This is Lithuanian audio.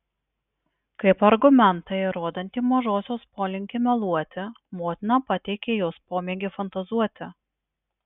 kaip argumentą įrodantį mažosios polinkį meluoti motina pateikė jos pomėgį fantazuoti